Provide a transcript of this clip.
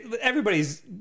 everybody's